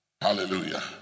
Hallelujah